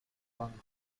congress